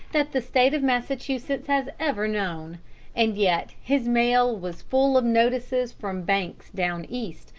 that the state of massachusetts has ever known and yet his mail was full of notices from banks down east,